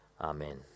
Amen